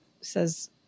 says